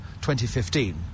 2015